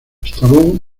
estrabón